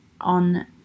on